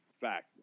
fact